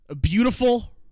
beautiful